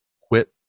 quit